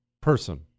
person